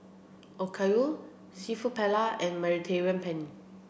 Okayu Seafood Paella and Mediterranean Penne